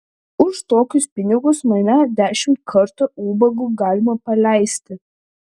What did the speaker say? už tokius pinigus mane dešimt kartų ubagu galima paleisti